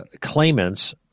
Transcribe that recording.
claimants